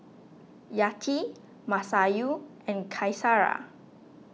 Yati Masayu and Qaisara